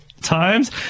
times